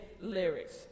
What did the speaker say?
lyrics